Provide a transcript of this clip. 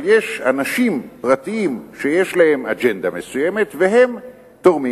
אבל יש אנשים פרטיים שיש להם אג'נדה מסוימת והם תורמים.